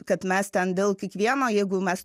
kad mes ten dėl kiekvieno jeigu mes